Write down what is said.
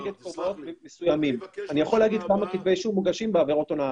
אני יכול להגיד כמה כתבי אישום מוגשים בעבירות הונאה.